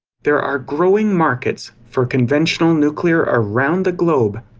there are growing markets for conventional nuclear around the globe,